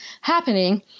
happening